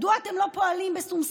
מדוע אתם לא פועלים בשום שכל?